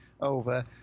over